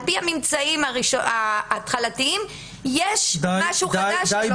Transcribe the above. פי הממצאים ההתחלתיים יש משהו חדש .